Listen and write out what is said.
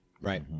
right